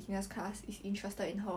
ya then then then like